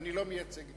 אני לא מייצג את